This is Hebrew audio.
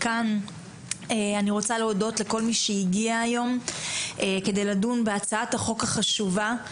אני רוצה להודות לכל מי שהגיע היום כדי לדון בהצעת החוק החשובה,